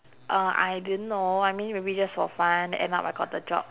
uh I didn't know I mean maybe just for fun end up I got the job